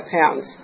pounds